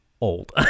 Old